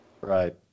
Right